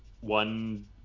one